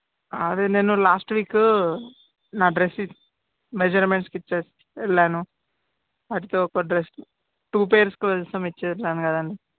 అదే నేను last week నా డ్రెస్ మెజర్మెంట్స్కి ఇచ్చేసి వెళ్ళాను వాటితో ఒక డ్రెస్ టూ పెయిర్స్ కోసం ఇచ్చేసాను కదండీ